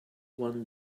one